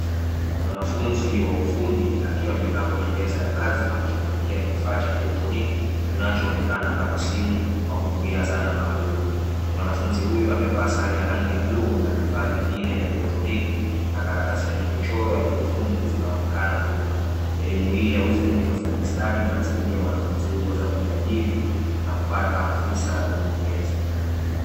Mwanafunzi wa ufundi akiwa amekaa kwenye meza ya kazi na kushughulikia kifaa cha kielektroniki kinachoonekana kama simu kwa kutumia dhana maalumu. Mwanafunzi huyu amevaa sare ya rangi ya bluu na vifaa vingine vya kielektroniki na karatasi zenye mchoro ya kiufundi zinaonekana nyuma. Elimu hii ya ufundi na ufundi stadi itamsadia mwanafunzi huyu kuweza kujiajiri na kupata fursa zinginezo.